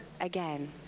again